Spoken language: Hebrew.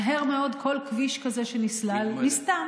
מהר מאוד כל כביש כזה שנסלל נסתם.